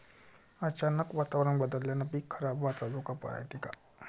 अचानक वातावरण बदलल्यानं पीक खराब व्हाचा धोका रायते का?